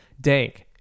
dank